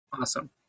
Awesome